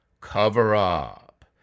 cover-up